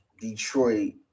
Detroit